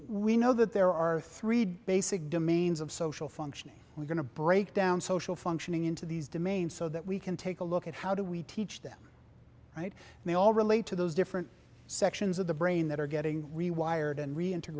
we know that there are three debase it demands of social functioning we're going to break down social functioning into these demain so that we can take a look at how do we teach them right and they all relate to those different sections of the brain that are getting rewired and reinte